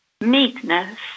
meekness